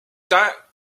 temps